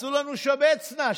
תעשו לנו שבץ נא,